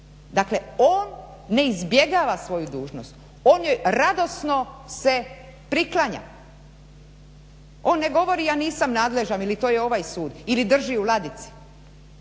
Dakle on ne izbjegava svoju dužnosti, on joj radosno se priklanja. On ne govori ja nisam nadležan ili to je ovaj sud ili drži u ladici.